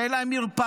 שאין להם מרפאה,